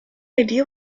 idea